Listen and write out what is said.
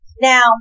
Now